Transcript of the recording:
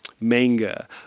manga